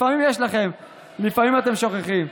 לפעמים יש לכם ולפעמים אתם שוכחים.